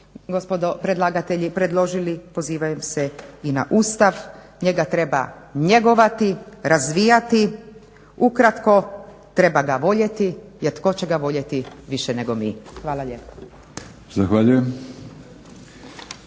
gospodo predlagatelji predložili, pozivaju se i na Ustav, njega treba njegovati, razvijati, ukratko treba ga voljeti jer tko će ga voljeti više nego mi. Hvala lijepo.